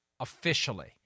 Officially